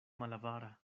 malavara